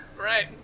Right